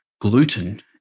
gluten